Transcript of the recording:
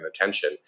attention